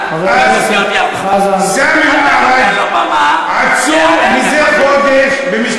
אתה נותן לו במה, לסיים את, תסיים.